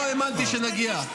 לזה לא האמנתי שנגיע.